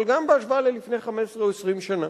אבל גם בהשוואה ללפני 15 או 20 שנה.